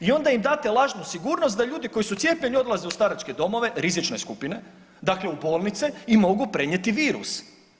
I onda im date lažnu sigurnost da ljudi koji su cijepljeni odlaze u staračke domove, rizične skupine, dakle u bolnice i mogu prenijeti virus.